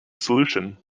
solution